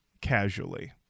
casually